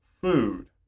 food